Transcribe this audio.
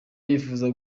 yifuza